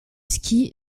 ski